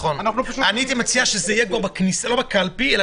אני הייתי מציע שזה יהיה בכניסה לבניין,